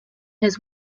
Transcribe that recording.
his